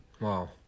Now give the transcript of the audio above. Wow